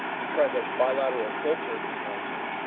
and try the bilateral filter denoising.